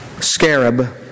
scarab